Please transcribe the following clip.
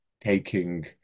taking